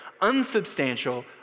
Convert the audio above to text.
unsubstantial